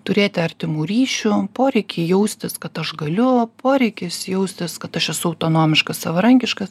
turėti artimų ryšių poreikiai jaustis kad aš galiu poreikis jaustis kad aš esu autonomiškas savarankiškas